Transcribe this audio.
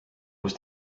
kus